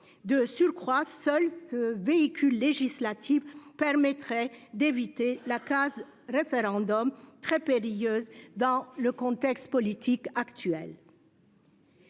De surcroît, seul ce véhicule législatif permettrait d'éviter la case du référendum, très périlleuse dans le contexte politique actuel,